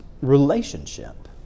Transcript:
relationship